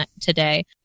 today